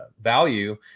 value